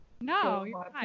No